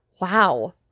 wow